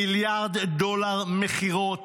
מיליארד דולר מכירות.